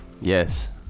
Yes